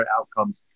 outcomes